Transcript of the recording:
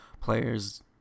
players